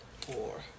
four